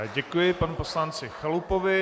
Děkuji panu poslanci Chalupovi.